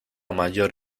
mayor